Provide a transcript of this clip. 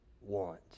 want